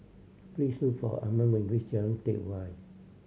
please look for Arman when you reach Jalan Teck Whye